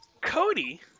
Cody